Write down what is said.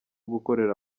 gukorera